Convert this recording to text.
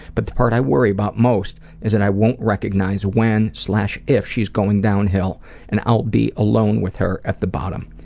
but the part i worry about most is that i won't recognize when if she is going downhill and i'll be alone with her at the bottom,